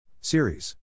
Series